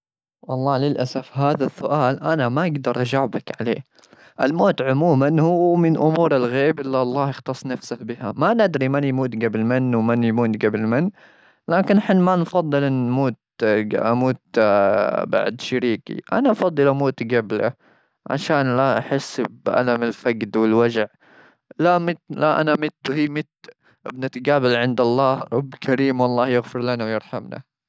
والله للأسف، هذا السؤال أنا ما أقدر أجاوبك عليه. الموت عموما هو من أمور الغيب اللي الله أختص نفسه بها. ما ندري من يموت جبل من، ومن يموت جبل من. لكن حنا ما نفضل نموت-أموت بعد شريكي، أنا أفضل أموت جبله؛ عشان لا أحس بألم الفجد والوجع. لا مت-لا أنا مت وهي مت، بنتجابل عند الله، رب كريم، والله يغفر لنا ويرحمنا.